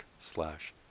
slash